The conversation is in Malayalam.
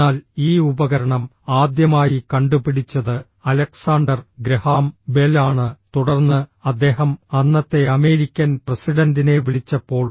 എന്നാൽ ഈ ഉപകരണം ആദ്യമായി കണ്ടുപിടിച്ചത് അലക്സാണ്ടർ ഗ്രഹാം ബെൽ ആണ് തുടർന്ന് അദ്ദേഹം അന്നത്തെ അമേരിക്കൻ പ്രസിഡന്റിനെ വിളിച്ചപ്പോൾ